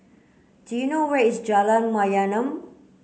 do you know where is Jalan Mayaanam